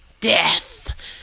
Death